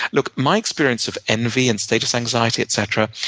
look, my experience of envy and status anxiety, etc,